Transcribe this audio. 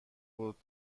بود